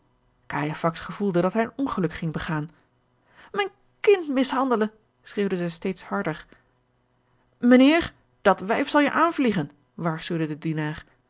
gevoelde dat hij een ongeluk ging begaan mijn kind mishandelen schreeuwde zij steeds harder mijnheer dat wijf zal je aanvliegen waarschuwde de dienaar